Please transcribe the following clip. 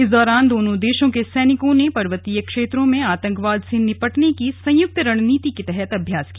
इस दौरान दोनों देशों के सैनिको ने पर्वतीय क्षेत्रो में आतंकवाद से निपटने की संयुक्त रणनीति के तहत अभ्यास किया